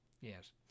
Yes